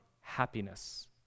happiness